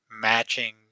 matching